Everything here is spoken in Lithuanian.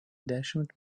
dešimt